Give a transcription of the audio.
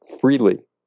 freely